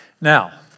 Now